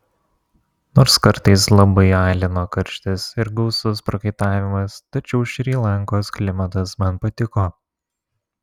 nors kartais labai alino karštis ir gausus prakaitavimas tačiau šri lankos klimatas man patiko